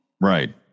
Right